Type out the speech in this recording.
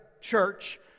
church